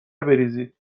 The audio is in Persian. بریزید